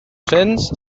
cents